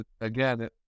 again